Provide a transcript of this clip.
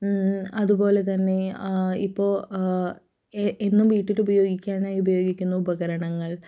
അതുപോലെ തന്നെ ആ ഇപ്പോൾ എന്നും വീട്ടിലുപയോഗിക്കാനായി ഉപയോഗിക്കുന്ന ഉപകരണങ്ങൾ